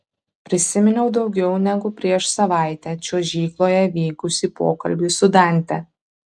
prisiminiau daugiau negu prieš savaitę čiuožykloje vykusį pokalbį su dante